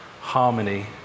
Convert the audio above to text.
harmony